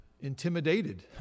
intimidated